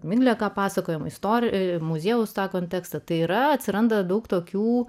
miglė ką pasakojo muziejaus tą kontekstą tai yra atsiranda daug tokių